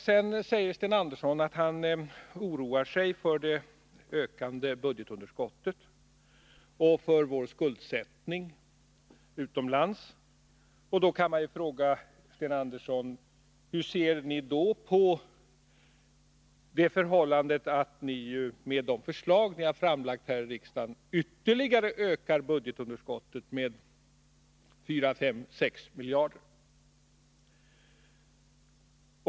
Sten Andersson sade också att han oroar sig för det ökande budgetunderskottet och för vår skuldsättning utomlands, och då kan man fråga: Hur ser ni på det förhållandet att ni med de förslag ni har framlagt här i riksdagen ytterligare ökar budgetunderskottet med 4, 5 eller 6 miljarder?